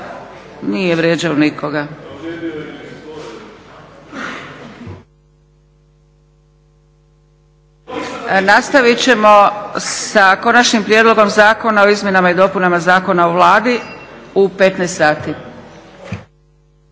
nije vrijeđao nikoga. Nastavit ćemo sa Konačnim prijedlogom Zakona o izmjenama i dopunama Zakona o Vladi u 15,00 sati.